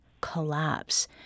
collapse